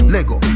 Lego